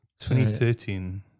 2013